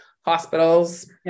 hospitals